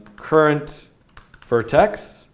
current vertex